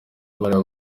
bariya